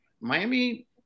miami